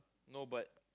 no but